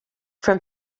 from